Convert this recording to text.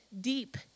deep